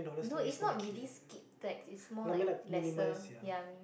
no it's not really skip tax it's more like lesser ya